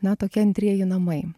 na tokie antrieji namai